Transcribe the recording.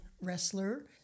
wrestler